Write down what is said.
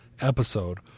episode